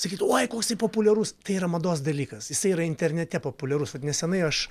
sakyt oi koksai populiarus tai yra mados dalykas jisai yra internete populiarus vat nesenai aš